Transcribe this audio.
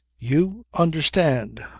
you understand,